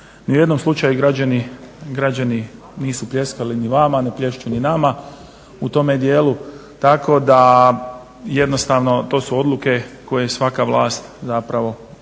u jednom slučaju građani nisu pljeskali ni vama, ne plješću ni nama u tome dijelu, tako da jednostavno to su odluke koje svaka vlast zapravo